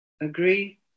Agree